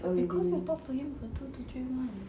cause you talk to him for two to three months